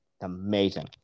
amazing